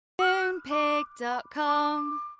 Moonpig.com